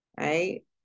Right